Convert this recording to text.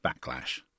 backlash